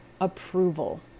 approval